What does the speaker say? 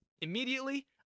Immediately